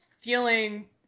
feeling